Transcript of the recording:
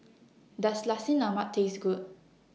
Does Nasi Lemak Taste Good